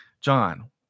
John